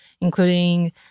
including